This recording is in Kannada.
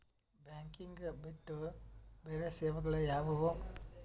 ಬ್ಯಾಂಕಿಂಗ್ ಬಿಟ್ಟು ಬೇರೆ ಸೇವೆಗಳು ಯಾವುವು?